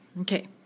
Okay